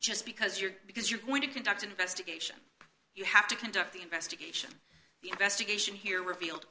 just because you're because you're going to conduct an investigation you have to conduct the investigation the investigation here revealed